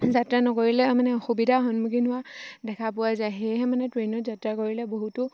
যাত্ৰা নকৰিলে মানে অসুবিধাৰ সন্মুখীন হোৱা দেখা পোৱা যায় সেয়েহে মানে ট্ৰেইনত যাত্ৰা কৰিলে বহুতো